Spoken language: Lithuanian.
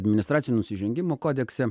administracinių nusižengimų kodekse